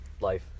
life